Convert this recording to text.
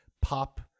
pop